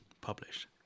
published